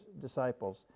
disciples